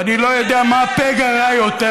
ואני לא יודע מה פגע רע יותר,